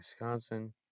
wisconsin